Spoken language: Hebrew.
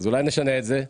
עוד פעם